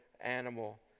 animal